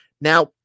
Now